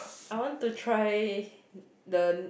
I want to try the